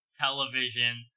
television